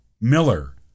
Miller